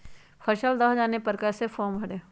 फसल दह जाने पर कैसे फॉर्म भरे?